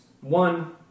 One